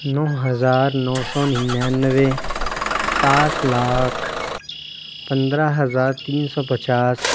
نو ہزار نو سو ننانوے سات لاکھ پندرہ ہزار تین سو پچاس